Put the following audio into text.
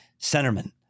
centerman